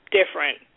different